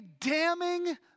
damning